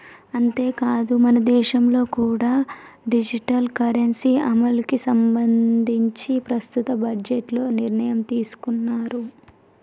అంతేకాదు మనదేశంలో కూడా డిజిటల్ కరెన్సీ అమలుకి సంబంధించి ప్రస్తుత బడ్జెట్లో నిర్ణయం తీసుకున్నారు